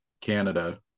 Canada